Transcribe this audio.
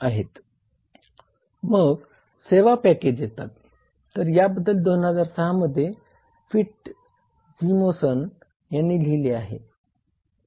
मग सेवा पॅकेज येतात तर याबद्दल 2006 मध्ये फिट्झसिमोन यांनी लिहिले आहे